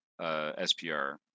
SPR